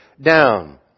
down